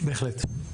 בהחלט.